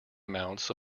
amounts